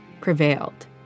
prevailed